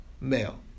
male